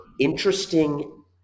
interesting